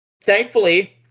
Thankfully